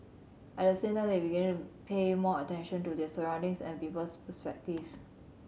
at the same time they begin pay more attention to their surroundings and people's perspectives